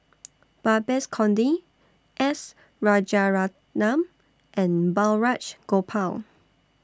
Babes Conde S Rajaratnam and Balraj Gopal